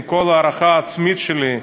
עם כל ההערכה העצמית שלי,